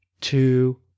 two